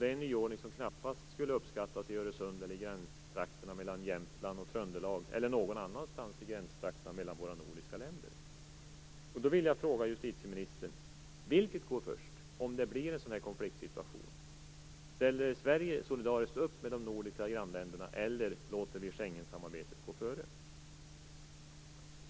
Det är en nyordning som knappast skulle uppskattas vid Öresund eller i gränstrakterna i Jämtland och Tröndelag, eller någon annanstans i gränstrakterna i våra nordiska länder. Jag vill fråga justitieministern vilket som går först om det blir en sådan konfliktsituation. Ställer Sverige upp solidariskt med de nordiska grannländerna eller låter vi Schengensamarbetet gå före?